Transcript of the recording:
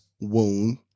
wound